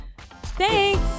Thanks